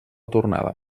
tornada